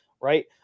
Right